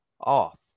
off